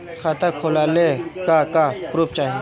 खाता खोलले का का प्रूफ चाही?